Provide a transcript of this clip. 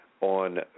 on